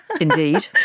indeed